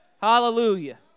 Hallelujah